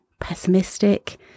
pessimistic